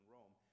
Rome